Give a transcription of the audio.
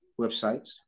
websites